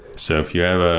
so if you have ah